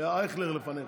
היה אייכלר לפניך.